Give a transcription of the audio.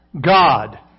God